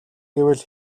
гэвэл